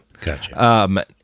Gotcha